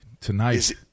Tonight